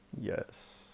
Yes